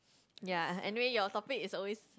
ya and anyway your topic is always